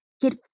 Get